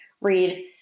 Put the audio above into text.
read